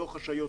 לא חשאיות,